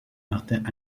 martin